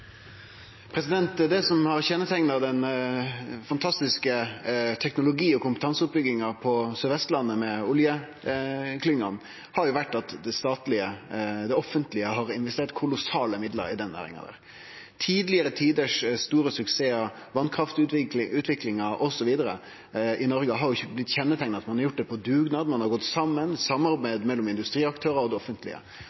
Det som har kjenneteikna den fantastiske teknologi- og kompetanseutbygginga med oljeklyngjene på Sør-Vestlandet, har vore at det offentlege har investert kolossale midlar i næringa. Tidlegare tiders store suksessar – vasskraftutviklinga mv. – i Noreg har blitt kjenneteikna av at ein har gjort det på dugnad, ein har gått saman,